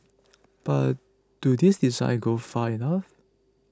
but do these designs go far enough